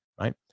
right